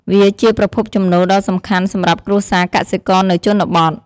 វាជាប្រភពចំណូលដ៏សំខាន់សម្រាប់គ្រួសារកសិករនៅជនបទ។